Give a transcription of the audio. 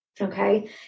Okay